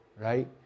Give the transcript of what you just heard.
right